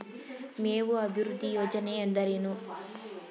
ಮೇವು ಅಭಿವೃದ್ಧಿ ಯೋಜನೆ ಎಂದರೇನು?